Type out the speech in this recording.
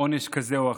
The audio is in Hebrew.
עונש כזה או אחר.